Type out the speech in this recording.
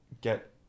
get